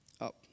up